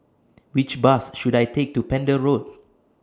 Which Bus should I Take to Pender Road